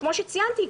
וכמו שציינתי,